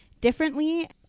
differently